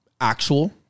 actual